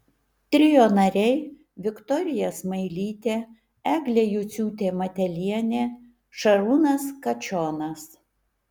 trio nariai viktorija smailytė eglė juciūtė matelienė šarūnas kačionas